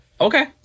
Okay